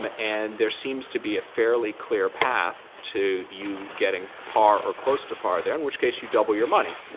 um and there seems to be a fairly clear path to you getting par or close to par there, in which case, you double your money.